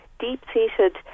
deep-seated